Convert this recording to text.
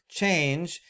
change